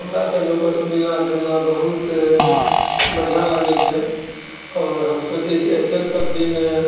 हमरा तऽ लोगोसँ मिलना जुलना बहुत बढ़िआँ लागैत छै आओर हम सोचैत छियै ऐसे सभदिन